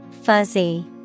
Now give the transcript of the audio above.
Fuzzy